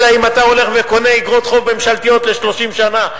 אלא אם כן אתה הולך וקונה איגרות חוב ממשלתיות ל-30 שנה.